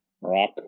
Rock